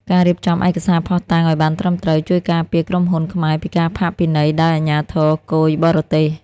ការរៀបចំឯកសារភស្តុតាងឱ្យបានត្រឹមត្រូវ ជួយការពារក្រុមហ៊ុនខ្មែរពីការផាកពិន័យដោយអាជ្ញាធរគយបរទេស។